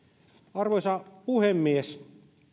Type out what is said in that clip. arvoisa puhemies